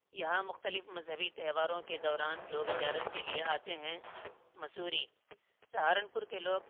یہاں مختلف مذہبی تہواروں کے دوران لوگ زیارت کے لیے آتے ہیں مسوری سہارنپور کے لوگ